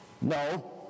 No